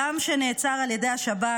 זה אדם שנעצר על ידי השב"כ,